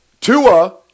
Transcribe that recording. Tua